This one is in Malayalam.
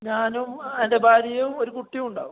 ഞാനും എൻ്റെ ഭാര്യയും ഒരു കുട്ടിയും ഉണ്ടാവും